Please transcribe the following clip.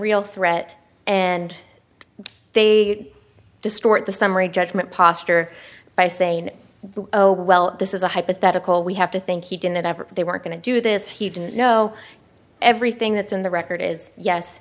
real threat and they distort the summary judgment posture by saying oh well this is a hypothetical we have to think he didn't ever they were going to do this he didn't know everything that's in the record is yes